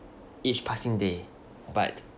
each passing day but